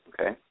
okay